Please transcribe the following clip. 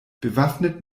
bewaffnet